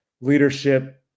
leadership